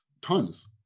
tons